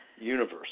universe